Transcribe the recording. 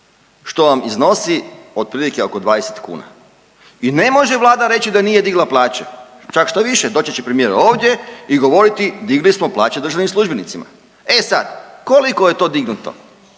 što vam iznosi otprilike 20 kuna i ne može Vlada reći da nije digla plaće, čak štoviše doći će premijer ovdje i govoriti digli smo plaće državnim službenicima. E sad, koliko je to dignuto,